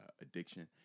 addiction